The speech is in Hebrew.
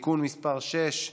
(תיקון מס' 6),